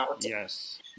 Yes